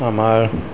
আমাৰ